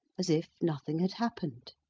as if nothing had happened.